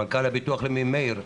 מנכ"ל הביטוח הלאומי מאיר,